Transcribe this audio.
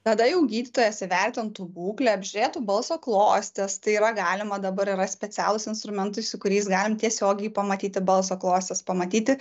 tada jau gydytojas įvertintų būklę apžiūrėtų balso klostės tai yra galima dabar yra specialūs instrumentai su kuriais galim tiesiogiai pamatyti balso klostes pamatyti